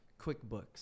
QuickBooks